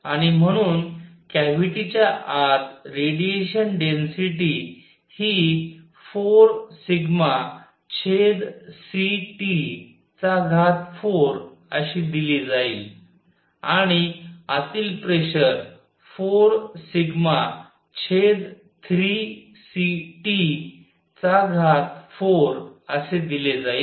आणि म्हणून कॅव्हिटीच्या आत रेडिएशन डेन्सिटी हि 4 सिग्मा छेद c T चा घात 4 अशी दिली जाईल आणि आतील प्रेशर 4 सिग्मा छेद 3 c T चा घात 4 असे दिले जाईल